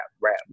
rap